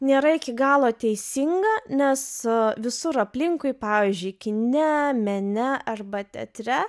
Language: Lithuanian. nėra iki galo teisinga nes visur aplinkui pavyzdžiui kine mene arba teatre